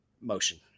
motion